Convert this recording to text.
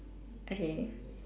okay